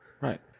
Right